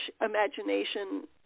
imagination